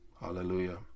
hallelujah